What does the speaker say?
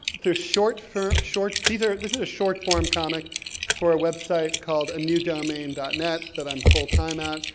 the short, for short, these are, this is a short form comic for a website called anewdomain net, that i'm full time at.